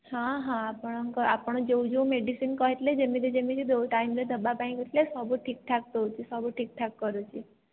ହଁ ହଁ ଆପଣଙ୍କ ଆପଣ ଯେଉଁ ଯେଉଁ ମେଡ଼ିସିନ୍ କହିଥିଲେ ଯେମିତି ଯେମିତି ଯେଉଁ ଟାଇମ୍ ରେ ଦେବାପାଇଁ କହିଥିଲେ ସବୁ ଠିକ୍ ଠାକ୍ ଦେଉଛି ସବୁ ଠିକ୍ ଠାକ୍ କରୁଛି